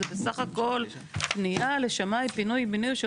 זה בסך הכל פנייה לשמאי פינוי בינוי,